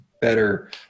better